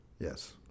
yes